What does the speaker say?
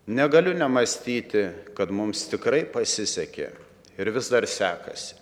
negaliu nemąstyti kad mums tikrai pasisekė ir vis dar sekasi